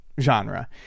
genre